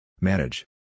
Manage